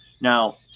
Now